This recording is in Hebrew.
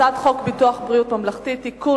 הצעת חוק ביטוח בריאות ממלכתי (תיקון,